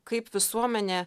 kaip visuomenė